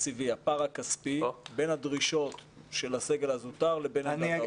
הפער הכספי בין הדרישות של הסגל הזוטר לבין עמדת האוצר?